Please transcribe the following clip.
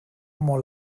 molt